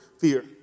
fear